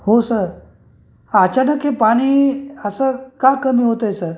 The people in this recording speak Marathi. हो सर अचानक हे पाणी अस असं का कमी होतंय सर